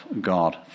God